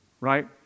right